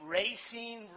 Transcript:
racing